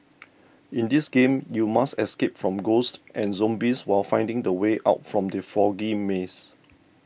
in this game you must escape from ghosts and zombies while finding the way out from the foggy maze